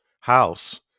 house